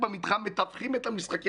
בקבוקים,